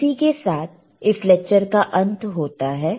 इसी के साथ इस लेक्चर का अंत होता है